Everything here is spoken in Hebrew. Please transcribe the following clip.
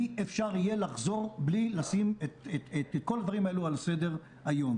אי-אפשר יהיה לחזור בלי לשים את כל הדברים האלה על סדר-היום.